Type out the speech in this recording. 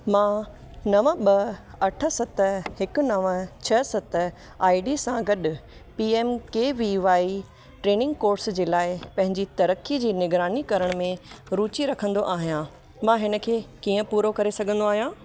मां नव ॿ अठ सत हिकु नव छह सत आई डी सां गॾु P M K V Y training course जे लाइ पंहिंजी तरक्की जी निगरानी करण में रूची रखंदो आहियां मां हिनखे कींअं पूरो करे सघन्दो आहियां